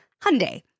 Hyundai